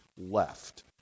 left